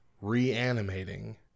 reanimating